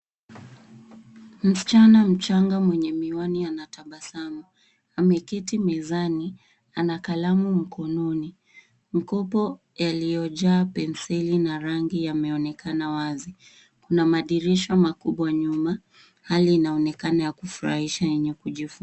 Msichana mchanga mwenye miwani anatabasamu. Ameketi mezani, ana kalamu mkononi. Makopo yaliyojaa penseli na rangi ya inaonekana wazi. Kuna madirisha makubwa nyuma. Hali inaonekana yenye kufurahisha ya kujifunza.